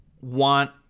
want